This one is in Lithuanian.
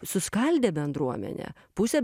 suskaldė bendruomenę pusę